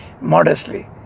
modestly